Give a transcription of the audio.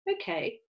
Okay